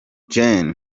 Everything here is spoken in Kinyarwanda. gen